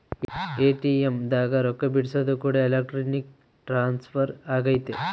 ATM ದಾಗ ರೊಕ್ಕ ಬಿಡ್ಸೊದು ಕೂಡ ಎಲೆಕ್ಟ್ರಾನಿಕ್ ಟ್ರಾನ್ಸ್ಫರ್ ಅಗೈತೆ